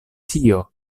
tio